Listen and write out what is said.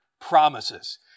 promises